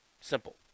Simple